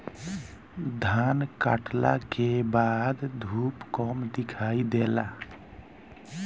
धान काटला के बाद धूप कम दिखाई देला